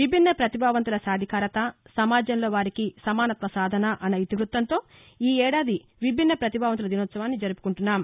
విభిన్న పతిభావంతుల సాధికారత సమాజంలో వారికి సమానత్వ సాధన అన్న ఇతివృత్తంతో ఈ ఏడాది విభిన్న పతిభావంతుల దినోత్సవాన్ని జరుపుకుంటున్నాం